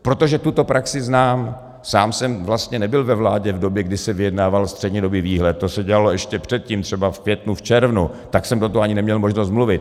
Protože tuto praxi znám, sám jsem vlastně nebyl ve vládě v době, kdy se vyjednával střednědobý výhled, to se dělalo ještě předtím, třeba v květnu, v červnu, tak jsem ani neměl možnost do toho mluvit.